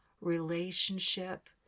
relationship